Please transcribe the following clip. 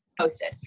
posted